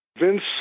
Vince